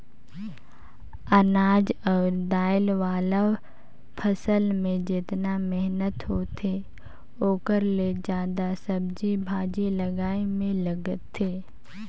अनाज अउ दायल वाला फसल मे जेतना मेहनत होथे ओखर ले जादा सब्जी भाजी लगाए मे लागथे